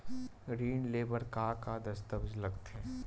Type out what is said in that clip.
ऋण ले बर का का दस्तावेज लगथे?